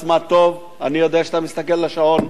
אני יודע שאתה מסתכל על השעון,